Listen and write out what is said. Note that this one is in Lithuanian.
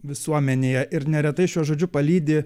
visuomenėje ir neretai šiuo žodžiu palydi